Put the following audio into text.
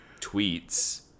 tweets